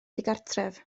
digartref